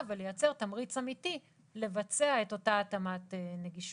ולייצר תמריץ אמיתי לבצע את אותה התאמת נגישות.